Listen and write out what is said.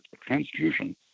transfusion